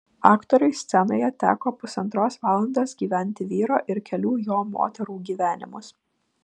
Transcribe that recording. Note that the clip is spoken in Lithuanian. aktoriui scenoje teko pusantros valandos gyventi vyro ir kelių jo moterų gyvenimus